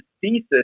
thesis